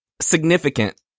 significant